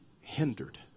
hindered